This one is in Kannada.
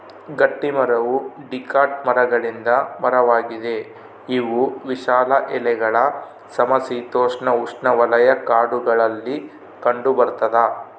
ಗಟ್ಟಿಮರವು ಡಿಕಾಟ್ ಮರಗಳಿಂದ ಮರವಾಗಿದೆ ಇವು ವಿಶಾಲ ಎಲೆಗಳ ಸಮಶೀತೋಷ್ಣಉಷ್ಣವಲಯ ಕಾಡುಗಳಲ್ಲಿ ಕಂಡುಬರ್ತದ